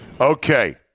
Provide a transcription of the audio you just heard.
Okay